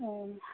अ